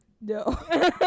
No